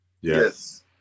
yes